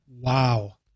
Wow